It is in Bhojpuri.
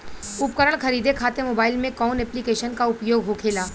उपकरण खरीदे खाते मोबाइल में कौन ऐप्लिकेशन का उपयोग होखेला?